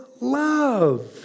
love